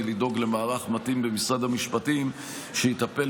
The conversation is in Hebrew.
לדאוג למערך מתאים במשרד המשפטים שיטפל